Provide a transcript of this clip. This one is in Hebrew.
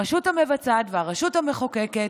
הרשות המבצעת והרשות המחוקקת,